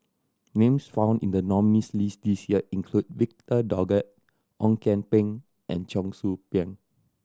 names found in the nominees' list this year include Victor Doggett Ong Kian Peng and Cheong Soo Pieng